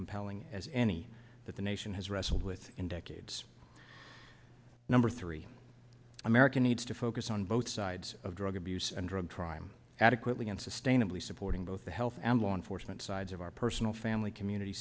compelling as any that the nation has wrestled with in decades number three america needs to focus on both sides of drug abuse and drug trial adequately and sustainably supporting both the health and law enforcement sides of our personal family community